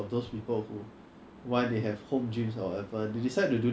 一千块 into 十一万块 then your 一万块 to 十万块